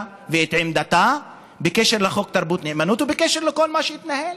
ואת עמדתה בקשר לחוק הנאמנות בתרבות ובקשר לכל מה שהתנהל.